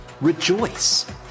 Rejoice